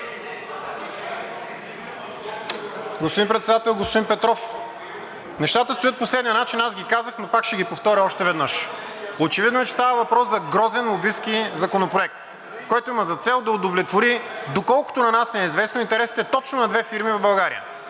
Господин Председател, господин Петров! Нещата стоят по следния начин – аз ги казах, но пак ще ги повторя още веднъж. Очевидно е, че става въпрос за грозен лобистки законопроект, който има за цел да удовлетвори, доколкото на нас ни е известно, интересите на точно две фирми в България.